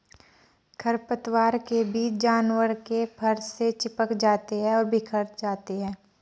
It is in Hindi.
खरपतवार के बीज जानवर के फर से चिपक जाते हैं और बिखर जाते हैं